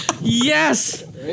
Yes